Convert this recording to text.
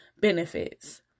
benefits